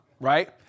right